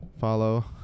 follow